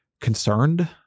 concerned